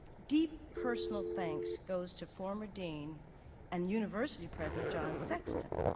deep personal thanks goes to former dean and university president john sexton,